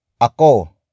Ako